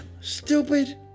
Stupid